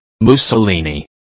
Mussolini